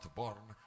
born